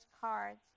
cards